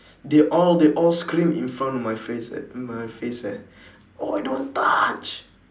they all they all scream in front of my face eh my face eh !oi! don't touch